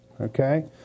Okay